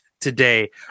today